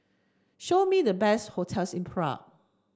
show me the best hotels in Prague